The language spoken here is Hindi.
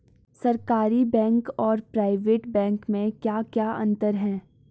सरकारी बैंक और प्राइवेट बैंक में क्या क्या अंतर हैं?